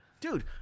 Dude